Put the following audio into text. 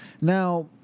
Now